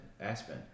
Aspen